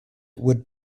would